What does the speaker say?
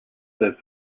served